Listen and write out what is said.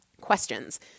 questions